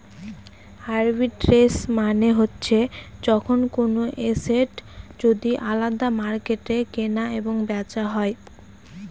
arbitrage মানে হচ্ছে যখন কোনো এসেট যদি আলাদা মার্কেটে কেনা এবং বেচা হয়